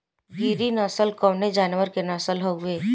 गिरी नश्ल कवने जानवर के नस्ल हयुवे?